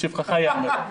זה לשבחך ייאמר.